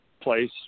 place